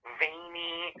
veiny